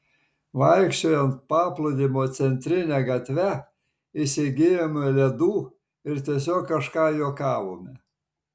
vaikščiojant paplūdimio centrine gatve įsigijome ledų ir tiesiog kažką juokavome